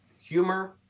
humor